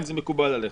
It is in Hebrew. האם זה מקובל עליכם?